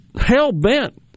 hell-bent